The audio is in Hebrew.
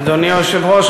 אדוני היושב-ראש,